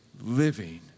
living